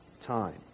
time